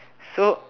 so